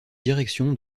direction